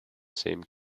same